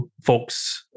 folks